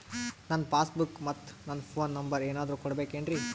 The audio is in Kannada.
ನನ್ನ ಪಾಸ್ ಬುಕ್ ಮತ್ ನನ್ನ ಫೋನ್ ನಂಬರ್ ಏನಾದ್ರು ಕೊಡಬೇಕೆನ್ರಿ?